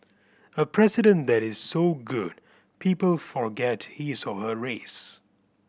a president that is so good people forget his or her race